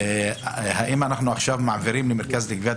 האם אנחנו עכשיו מעבירים למרכז לגביית